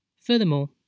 Furthermore